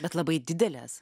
bet labai didelės